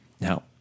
Now